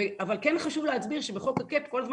אבל כן חשוב להסביר שבחוק הקאפ כל הזמן